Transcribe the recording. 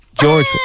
George